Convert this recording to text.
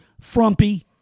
frumpy